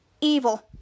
evil